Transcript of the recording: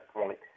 point